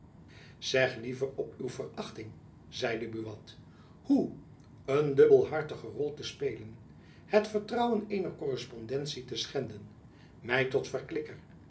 zeg liever op hun verachting zeide buat hoe een dubbelhartige rol te spelen het vertrouwen eener korrespondentie te schenden my tot verklikker